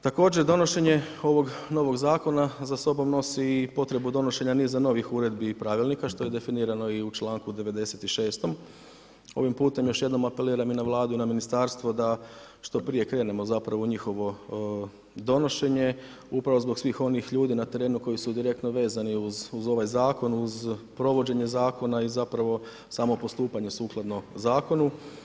Također donošenje ovog novog zakona za sobom nosi i potrebu donošenja niza novih uredbi i pravilnika što je definirano i u članku 96. ovim putem još jednom apeliram i na Vladu i na ministarstvo da što prije krenemo zapravo u njihovo donošenje, upravo zbog svih onih ljudi na terenu koji su direktno vezani uz ovaj zakon, uz provođenje zakona i zapravo samo postupanje sukladno zakonu.